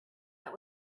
that